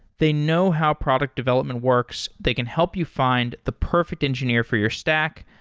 they know how product development works. they can help you find the perfect engineer for your stack,